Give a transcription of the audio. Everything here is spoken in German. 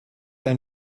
ein